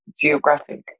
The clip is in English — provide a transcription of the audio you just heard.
geographic